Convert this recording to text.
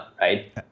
right